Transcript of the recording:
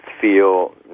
feel